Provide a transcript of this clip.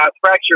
fractured